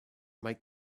make